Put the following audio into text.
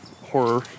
horror